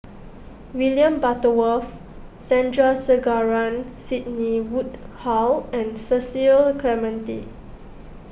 William Butterworth Sandrasegaran Sidney Woodhull and Cecil Clementi